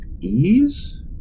ease